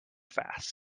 fast